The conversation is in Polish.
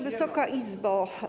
Wysoka Izbo!